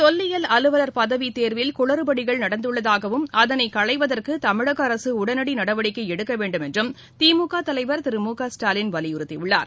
தொல்லியல் அலுவலர் பதவி தேர்வில் குளறுபடிகள் நடந்துள்ளதாகவம் அதனை களைவதற்கு தமிழக அரசு உடனடி நடவடிக்கை எடுக்கவேண்டும் என்று திமுக தலைவர் திரு மு க ஸ்டாலின் வலியுறத்தியுள்ளார்